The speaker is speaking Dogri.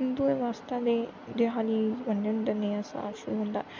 हिन्दुऐं बास्तै ते देआली नया साल शुरू होंदा